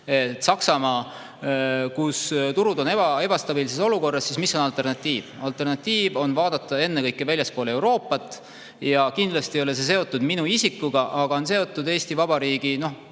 Saksamaa, kus turud on ebastabiilses olukorras. Mis on alternatiiv? Alternatiiv on vaadata ennekõike väljapoole Euroopat. Ja kindlasti ei ole see seotud minu isikuga, vaid on seotud piltlikult